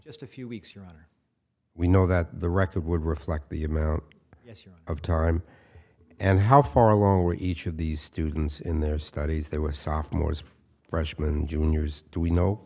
just a few weeks your honor we know that the record would reflect the amount of time and how far along were each of these students in their studies there were sophomores freshman juniors do we know